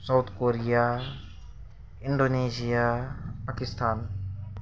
south Korea Indonesia Pakistan